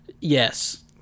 Yes